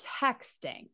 texting